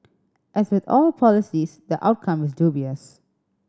as with all policies the outcome is dubious